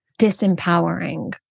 disempowering